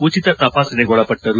ಉಚಿತ ತಪಾಸಣೆಗೊಳಪಟ್ಟರು